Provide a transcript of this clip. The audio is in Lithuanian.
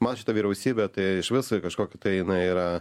man šita vyriausybė tai iš viso kažkokia tai jinai yra